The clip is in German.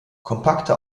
kompakte